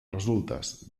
resultes